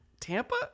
Tampa